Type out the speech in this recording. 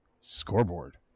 scoreboard